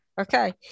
Okay